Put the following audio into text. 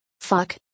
fuck